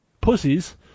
pussies